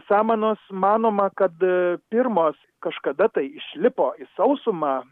samanos manoma kad pirmos kažkada tai išlipo į sausumą